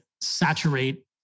saturate